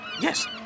Yes